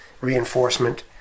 reinforcement